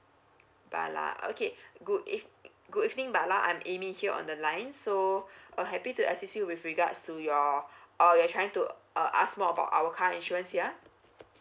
bala okay good ev~ good evening bala I'm amy here on the line so uh happy to assist you with regards to your uh you're trying to uh ask more about our car insurance yeah